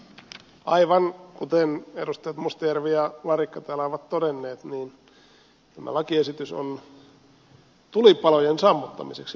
aivan kuten edustajat mustajärvi ja larikka täällä ovat todenneet tämä lakiesitys on tulipalojen sammuttamiseksi välttämätön